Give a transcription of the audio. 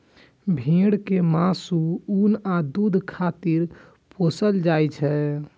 भेड़ कें मासु, ऊन आ दूध खातिर पोसल जाइ छै